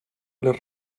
les